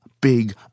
big